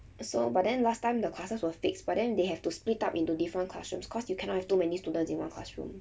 so but then last time the classes were fixed but then they have to split up into different classrooms cause you cannot have too many students in a classroom